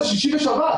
זה שישי ושבת.